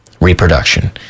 reproduction